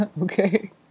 Okay